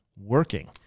working